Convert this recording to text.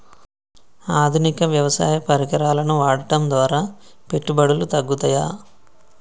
ఆధునిక వ్యవసాయ పరికరాలను వాడటం ద్వారా పెట్టుబడులు తగ్గుతయ?